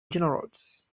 generals